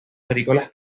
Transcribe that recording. agrícolas